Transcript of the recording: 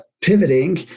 pivoting